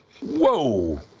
whoa